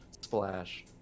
splash